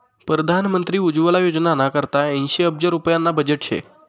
परधान मंत्री उज्वला योजनाना करता ऐंशी अब्ज रुप्याना बजेट शे